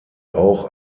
auch